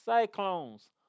Cyclones